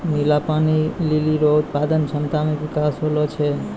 नीला पानी लीली रो उत्पादन क्षमता मे बिकास होलो छै